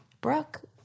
Brooke